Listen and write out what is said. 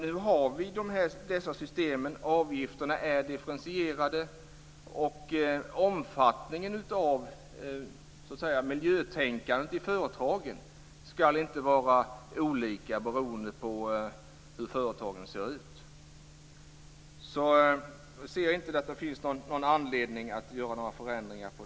Nu har vi dessa system. Avgifterna är differentierade. Omfattningen av miljötänkandet i företagen ska inte vara olika beroende på hur företagen ser ut. Jag ser inte att det finns någon anledning att göra några förändringar här.